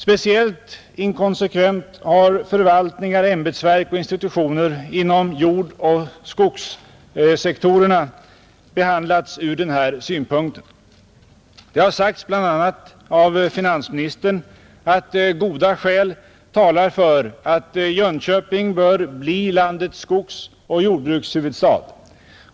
Speciellt inkonsekvent har förvaltningar, ämbetsverk och institutioner inom jordoch skogssektorerna behandlats ur den här synpunkten, Det har sagts bl.a. av finansministern att goda skäl talar för att Jönköping bör bli landets skogsoch jordbrukshuvudstad,.